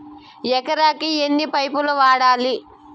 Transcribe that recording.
ఎకరాకి ఎన్ని పైపులు వాడాలి?